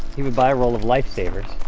he would buy a roll of life savers.